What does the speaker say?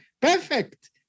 perfect